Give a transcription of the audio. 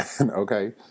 okay